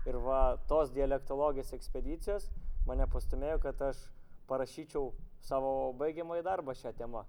ir va tos dialektologijos ekspedicijos mane pastūmėjo kad aš parašyčiau savo baigiamąjį darbą šia tema